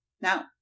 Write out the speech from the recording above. Now